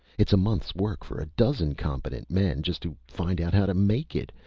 it's a month's work for a dozen competent men just to find out how to make it,